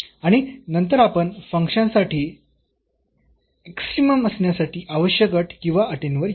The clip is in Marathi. आणि नंतर आपण फंक्शन साठी एक्स्ट्रीमम असण्यासाठी आवश्यक अट किंवा अटींवर येऊ